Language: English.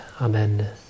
Amen